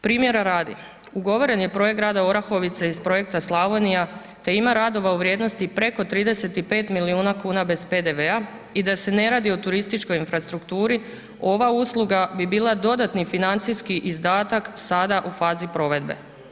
Primjera radi ugovoren je projekt grada Orahovice iz projekta Slavonija te ima radova u vrijednosti preko 35 milijuna kuna bez PDV-a i da se ne radi o turističkoj infrastrukturi ova usluga bi bila dodatni financijski izdatak sada u fazi provedbe.